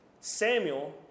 Samuel